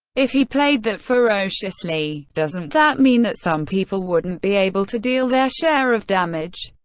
if he played that ferociously, doesn't that mean that some people wouldn't be able to deal their share of damage?